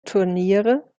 turniere